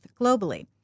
globally